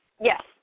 Yes